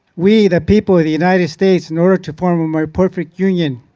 we the people of the united states in order to form a more perfect union.